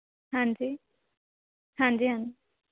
ਹਾਂਜੀ ਹਾਂਜੀ ਹਾਂ